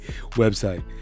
website